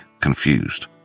confused